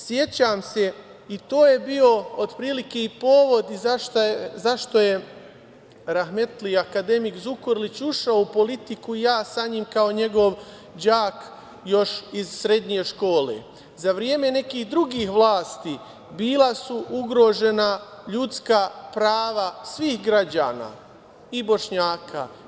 Sećam se, i to je bio otprilike i povod i zašto je rahmetli akademik Zukorlić ušao u politiku i ja sa njim kao njegov đak još iz srednje škole, za vreme nekih drugih vlasti bila su ugrožena ljudska prava svih građana i Bošnjaka.